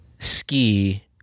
ski